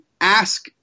ask